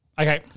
okay